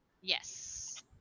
Yes